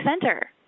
Center